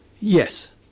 Yes